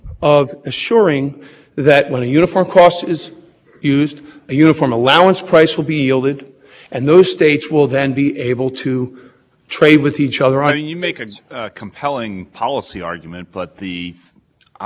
filter of facts and those facts include for every power plant where it is what kind of fuel it uses what its efficiency is what the emissions are what its emission controls are but its cost of operation is because that